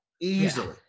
easily